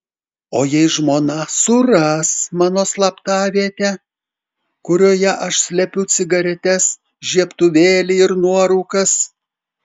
o jei žmona suras mano slaptavietę kurioje aš slepiu cigaretes žiebtuvėlį ir nuorūkas